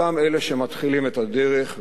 אותם אלה שמתחילים את הדרך,